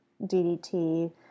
DDT